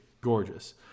gorgeous